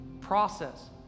process